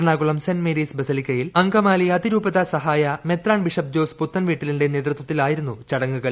Ernakulam saint Mary's ബസലിക്കയിൽ അങ്കമാലി അതിരൂപതാ സഹായ മെത്രാൻ ബിഷപ്പ് ജോസ് പുത്തൻവീട്ടിലിന്റെ നേതൃത്വത്തിലായിരുന്നു ചടങ്ങുകൾ